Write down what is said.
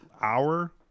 hour